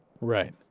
Right